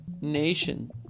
nation